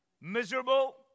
Miserable